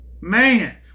man